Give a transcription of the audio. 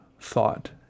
thought